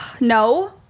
No